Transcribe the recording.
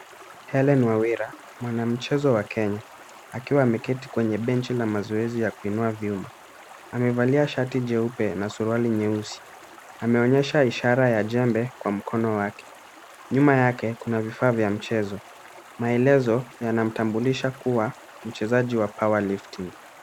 Hellen Wawira, mwanamchezo wa Kenya, akiwa ameketi kwenye benchi ya mazoezi ya kuinua vyuma. Amevalia shati jeupe na suruali nyeusi . Ameonyesha ishara ya jembe kwa mkono wake. Nyuma yake kuna vifaa vya mchezo. Maelezo yanamtambulisha kuwa mchezaji wa powerlifting .